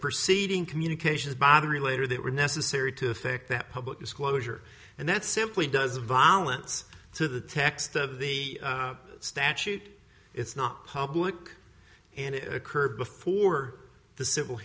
proceeding communications badri later that were necessary to effect that public disclosure and that simply doesn't violence to the text of the statute it's not public and it occurred before the civil